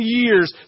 years